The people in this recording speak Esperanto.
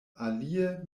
alie